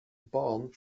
barn